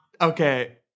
Okay